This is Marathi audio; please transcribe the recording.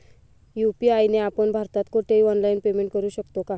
यू.पी.आय ने आपण भारतात कुठेही ऑनलाईन पेमेंट करु शकतो का?